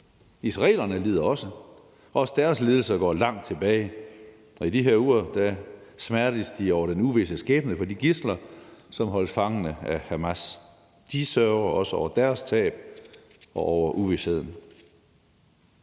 Israelerne lider også, og også deres lidelser går langt tilbage, og i de her uger smertes de over den uvisse skæbne for de gidsler, som holdes fanget af Hamas. De sørger også over deres tab og over uvisheden.